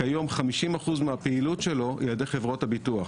כיום 50% מהפעילות שלו היא על ידי חברות הביטוח,